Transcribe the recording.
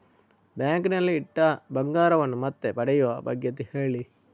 bank ನಲ್ಲಿ ಇಟ್ಟ ಬಂಗಾರವನ್ನು ಮತ್ತೆ ಪಡೆಯುವ ಬಗ್ಗೆ ಹೇಳಿ